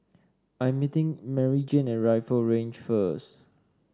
I'm meeting Maryjane at Rifle Range first